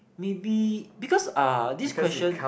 maybe because uh this question